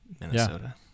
minnesota